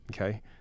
okay